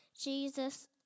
Jesus